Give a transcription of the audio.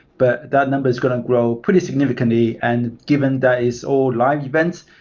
but that number is going to grow pretty significantly. and given that is all live events,